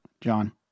John